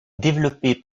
développé